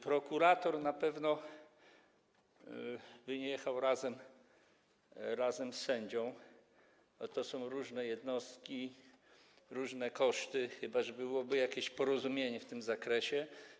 Prokurator na pewno nie jechałby razem z sędzią, bo to są różne jednostki, różne koszty, chyba że byłoby jakieś porozumienie w tym zakresie.